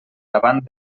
davant